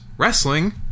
wrestling